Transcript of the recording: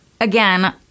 Again